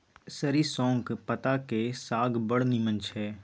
सरिसौंक पत्ताक साग बड़ नीमन छै